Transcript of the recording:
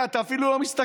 אתה אפילו לא מסתכל,